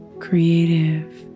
Creative